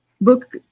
book